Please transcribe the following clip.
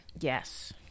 Yes